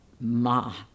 Ma